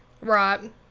Right